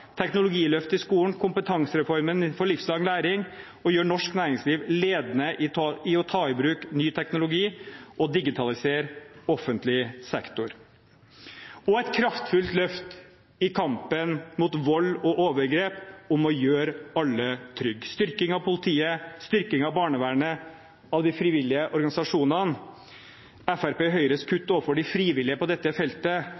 teknologiløft i skolen, kompetansereformen for livslang læring, å gjøre norsk næringsliv ledende i å ta i bruk ny teknologi og digitalisere offentlig sektor. Vi vil ha et kraftfullt løft i kampen mot vold og overgrep for å gjøre alle trygge gjennom styrking av politiet, styrking av barnevernet, av de frivillige organisasjonene. Fremskrittspartiet og Høyres